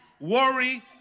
Worry